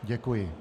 Děkuji.